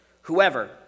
whoever